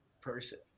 person